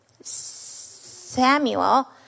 Samuel